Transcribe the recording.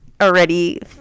already